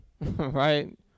Right